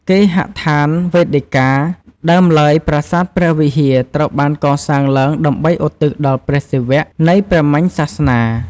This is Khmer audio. គេហដ្ឋានវេដិកា ដើមឡើយ ប្រាសាទព្រះវិហារ ត្រូវបាន កសាងឡើងដើម្បីឧទ្ទិសដល់ព្រះសិវៈ នៃ ព្រាហ្មណ៍សាសនា។